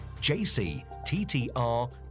JCTTR